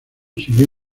siguió